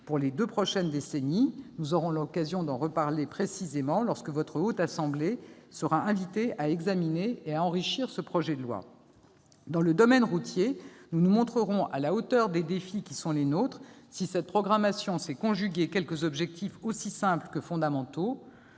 pour les deux prochaines décennies. Nous aurons l'occasion d'en reparler précisément lorsque votre Haute Assemblée sera invitée à examiner et à enrichir ce projet de loi. Dans le domaine routier, nous nous montrerons à la hauteur des défis qui sont les nôtres, si cette programmation sait conjuguer quelques objectifs aussi simples que fondamentaux.